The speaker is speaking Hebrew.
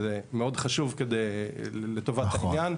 שזה מאוד חשוב לטובת העניין.